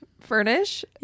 Furnish